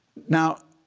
now